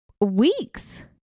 weeks